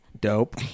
Dope